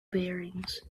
bearings